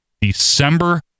December